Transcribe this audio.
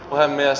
olen myös